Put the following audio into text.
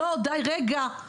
די, רגע; סבלנות.